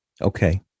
okay